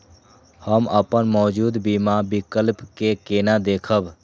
हम अपन मौजूद बीमा विकल्प के केना देखब?